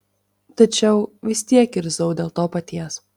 tačiau vis tiek irzau dėl to paties